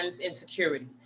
insecurity